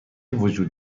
وجود